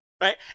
Right